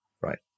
right